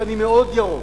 ואני מאוד ירוק.